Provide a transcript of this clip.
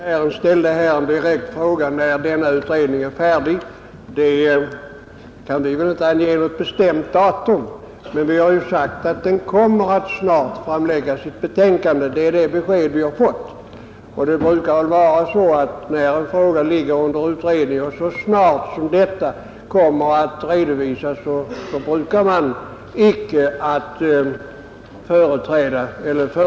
Herr talman! Herr Karlsson i Malung ställde en direkt fråga om när denna utredning är färdig. Vi kan inte ange något bestämt datum, men vi har sagt att den snart kommer att framlägga sitt betänkande. Det är det besked vi har fått. När en fråga ligger under utredning och utredningens resultat snart kommer att redovisas, brukar man väl inte föregripa utredningen.